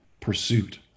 pursuit